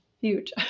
huge